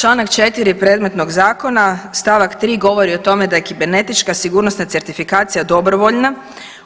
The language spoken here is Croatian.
Čl. 4. predmetnog zakona, st. 3. govori o tome da je kibernetička sigurnosna certifikacija dobrovoljna